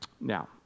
Now